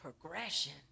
progression